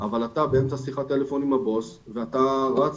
אתה באמצע שיחת טלפון עם הבוס ואתה רץ,